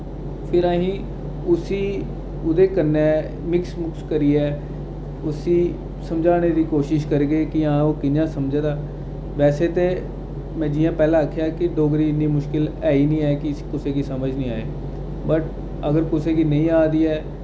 फ्ही असें उस्सी उ'दे कन्नै मिक्स मुक्स करियै उस्सी समझाने दी कोशिश करगे कि हां ओह् कि'यां समझदा वैसे ते में जि'यां पैह्लें आखेआ कि डोगरी इन्नी मुश्किल है ई नेईं ऐ कि इस्सी कुसै गी समझ निं आवै बट अगर कुसै गी नेईं आ दी ऐ